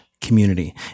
community